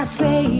say